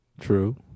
True